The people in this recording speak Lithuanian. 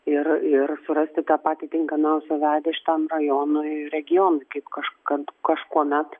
ir ir surasti tą patį tinkamiausią veidą šitam rajonui ir regionui kaip kažkad kažkuomet